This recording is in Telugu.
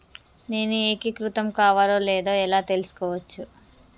నేను ఏకీకృతం కావాలో లేదో ఎలా తెలుసుకోవచ్చు?